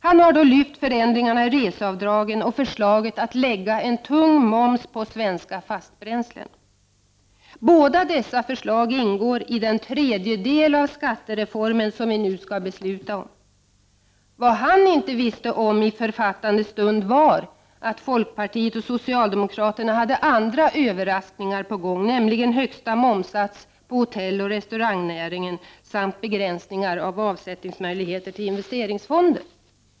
Han har då lyft fram förändringarna i reseavdragen och förslaget att lägga en tung moms på svenska fastbränslen. Båda dessa förslag ingår i den tredjedel av skattereformen som vi nu skall fatta beslut om. Vad han inte visste om i författandets stund var att folkpartiet och socialdemokraterna hade andra överraskningar på gång, nämligen högsta momssats på hotelloch restaurangnäringen samt begränsningar av möjligheterna att göra avsättningar till investeringsfonder.